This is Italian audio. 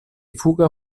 fuga